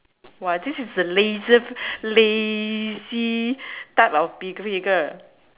!wah! this is laziest lazy type of girl